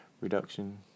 reduction